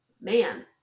man